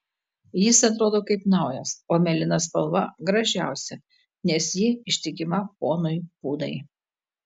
jis atrodo kaip naujas o mėlyna spalva gražiausia nes ji ištikima ponui pūdai